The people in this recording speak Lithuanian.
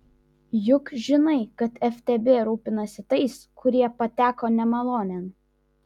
juk žinai kaip ftb rūpinasi tais kurie pateko nemalonėn